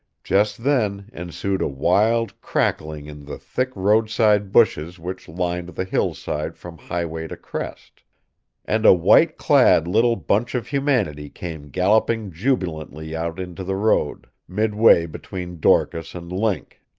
just then ensued a wild crackling in the thick roadside bushes which lined the hillside from highway to crest and a white-clad little bunch of humanity came galloping jubilantly out into the road, midway between dorcas and link.